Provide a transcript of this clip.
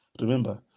Remember